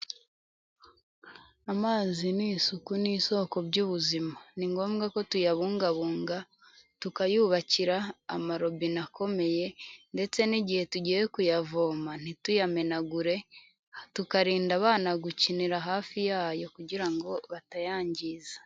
Amazi ni isuku n'isoko by'ubuzima, ni ngombwa ko tuyabungabunga, tukayubakira amarobine akomeye ndetse n'igihe tugiye kuyavoma ntituyamenagure, tukarinda abana gukinira hafi yayo kugira ngo batayangiza.